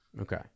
Okay